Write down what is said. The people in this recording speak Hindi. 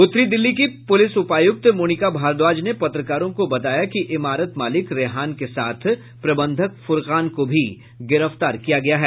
उत्तरी दिल्ली की पुलिस उपायुक्त मोनिका भारद्वाज ने पत्रकारों को बताया कि इमारत मालिक रेहान के साथ प्रबंधक फुरकान को भी गिरफ्तार किया गया है